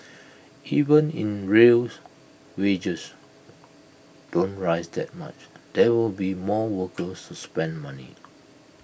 even if in real's wages don't rise that much there will be more workers to spend money